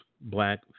black